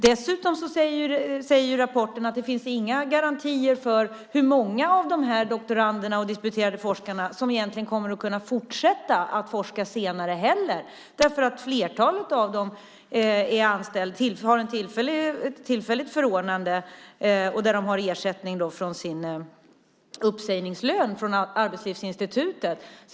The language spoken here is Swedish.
Dessutom säger rapporten att det inte finns några garantier för hur många av dessa doktorander och disputerade forskare som kommer att kunna fortsätta att forska senare. Flertalet av dem har tillfälliga förordnanden och får ersättning genom sin uppsägningslön från Arbetslivsinstitutet.